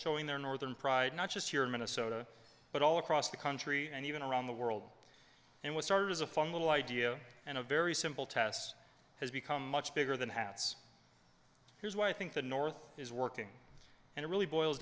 showing their northern pride not just here in minnesota but all across the country and even around the world and what started as a fun little idea and a very simple test has become much bigger than hats here's why i think the north is working and it really boils